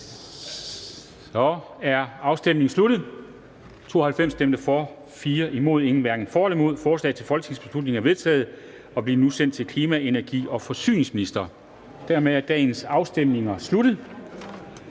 SIU og Uffe Elbæk (UFG)), imod stemte 4 (LA og NB), hverken for eller imod stemte 0. Forslaget til folketingsbeslutning er vedtaget og vil nu blive sendt til klima-, energi- og forsyningsministeren. Dermed er dagens afstemninger sluttet.